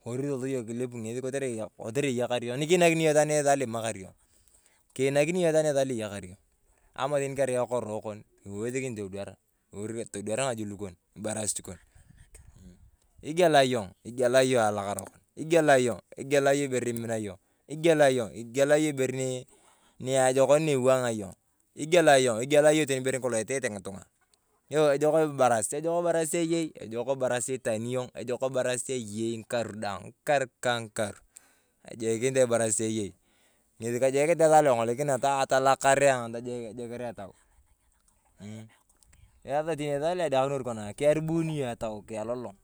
Kori toloto yong kilip ng'esi kotere, kotere iyakar yong. Nikinakini esaa lo imakar yong. Kiinakin yong itwaayesaa lo iyakar yong. Ama teni kerai ekoroe loko iwosekini todwara kori todwara ng’ajul kon, ibarasit kon. Igiela yong, igiela yong alakara koni, igiela yong igiela yong ibere ni imini yong, igiela yong, igiela yong, igiela yong ibere ni kolong itete ng'itung'a. Ejok ibarasit ejok ibarasit eyei ng’ikar daang, ng’ikar ka ng'ikar. Kajokinit ayong ibarasit eyei, ng’esi kajokinit ayong esaa lo eng’olikinea tolokar ayong tojeker etau. Esaa lo edekakinor kona kiyaribun yong etau kiyalolong.